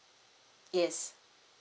yes